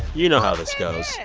you know how this goes.